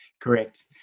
Correct